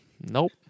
Nope